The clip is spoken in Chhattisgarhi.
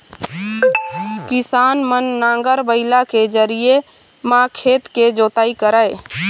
किसान मन नांगर, बइला के जरिए म खेत के जोतई करय